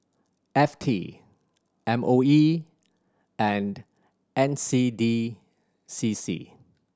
F T M O E and N C D C C